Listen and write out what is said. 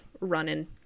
running